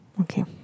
okay